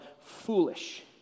foolish